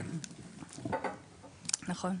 נכון.